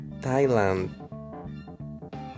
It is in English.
Thailand